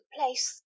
place